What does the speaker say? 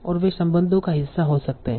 और वे संबंधों का हिस्सा हो सकते हैं